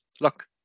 look